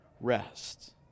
rest